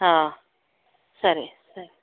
ಹಾಂ ಸರಿ ಸರಿ